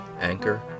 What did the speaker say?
Anchor